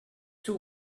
too